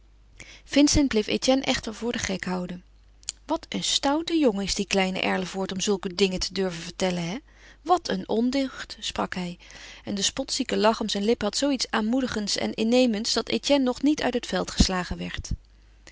vincent bleef etienne echter voor den gek houden wat een stoute jongen is die kleine erlevoort om zulke dingen te durven vertellen hè wat een ondeugd sprak hij en de spotzieke lach om zijn lippen had zoo iets aanmoedigends en innemends dat etienne nog niet uit het veld geslagen werd